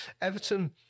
Everton